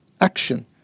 action